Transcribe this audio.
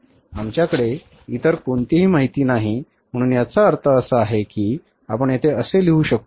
आमच्याकडे इतर कोणतीही माहिती नाही म्हणून याचा अर्थ असा की आपण येथे असे लिहू शकता